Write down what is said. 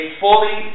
fully